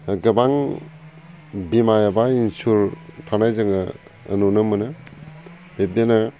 गोबां बीमा एबा इन्सुरेन्स थानाय जोङो नुनो मोनो बिब्दिनो